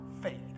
fade